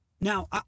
Now